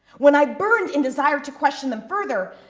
when i burned in desire to question them further,